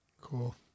Cool